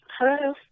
Hello